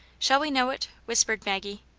shall we know it? whispered maggie.